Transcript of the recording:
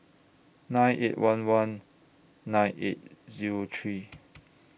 nine eight one one nine eight Zero three